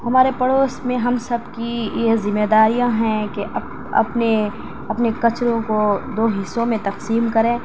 ہمارے پڑوس میں ہم سب کی یہ ذمّہ داریاں ہیں کہ اپنے اپنے کچڑوں کو دو حصوں میں تقسیم کریں